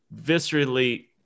viscerally